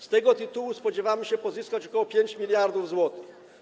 Z tego tytułu spodziewamy się pozyskać ok. 5 mld zł.